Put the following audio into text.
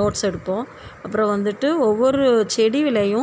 notes எடுப்போம் அப்பறம் வந்துட்டு ஒவ்வொரு செடி விலையும்